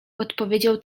odpowiedział